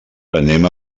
anem